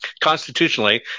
constitutionally